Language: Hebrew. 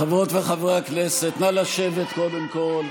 חברות וחברי הכנסת, נא לשבת, קודם כול.